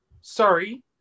Sorry